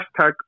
hashtag